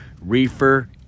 reefer